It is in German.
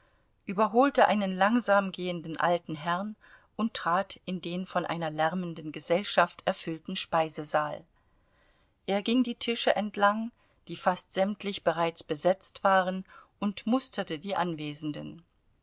überholte einen langsam gehenden alten herrn und trat in den von einer lärmenden gesellschaft erfüllten speisesaal er ging die tische entlang die fast sämtlich bereits besetzt waren und musterte die anwesenden